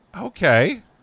Okay